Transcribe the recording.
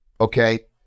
okay